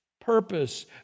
purpose